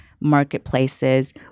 marketplaces